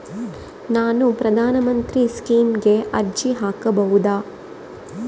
ನಾನು ಪ್ರಧಾನ ಮಂತ್ರಿ ಸ್ಕೇಮಿಗೆ ಅರ್ಜಿ ಹಾಕಬಹುದಾ?